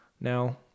now